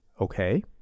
Okay